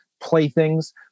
playthings